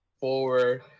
forward